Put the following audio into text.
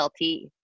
LT